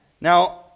Now